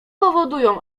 powodują